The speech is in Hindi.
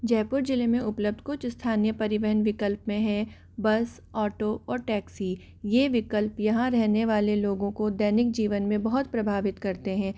जयपुर जिले में उपलब्ध कुछ स्थानीय परिवहन विकल्प में हैं बस ऑटो और टैक्सी ये विकल्प यहाँ रहने वाले लोगों को दैनिक जीवन में बहुत प्रभावित करते हैं